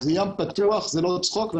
זה ים פתוח וזה לא צחוק.